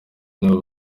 nibo